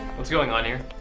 what's going on here?